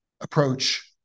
approach